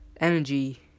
energy